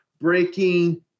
breaking